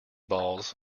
balls